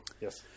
yes